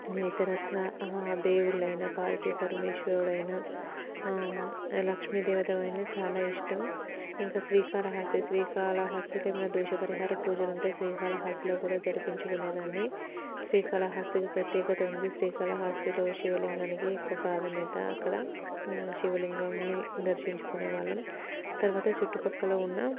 ఇతరత్ర దేవుళ్ళు అయిన పార్వతి పరమేశ్వరుడు అయిన లక్ష్మి దేవత అయిన చాలా ఇష్టం ఇంకా శ్రీకాళహస్తి శ్రీకాళహస్తిలో ఏమైనా దోష పరిహార పూజలు అంటే శ్రీకాళహస్తిలో కూడా జరిపించుకునే దాన్ని శ్రీకాళహస్తికి ప్రత్యేకత ఉంది శ్రీకాళహస్తిలో శివలింగానికి ఎక్కువ ప్రాధాన్యత అక్కడ శివలింగాన్ని దర్శించుకునే వాళ్ళం తర్వాత చుట్టుపక్కల ఉన్న